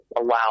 allow